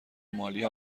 مالی